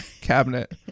cabinet